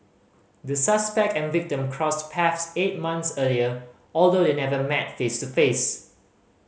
the suspect and victim crossed paths eight months earlier although they never met face to face